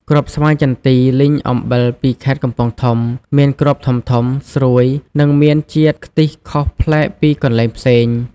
គ្រាប់ស្វាយចន្ទីលីងអំបិលពីខេត្តកំពង់ធំ មានគ្រាប់ធំៗ ស្រួយ និងមានជាតិខ្ទិះខុសប្លែកពីកន្លែងផ្សេង។